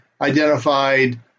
identified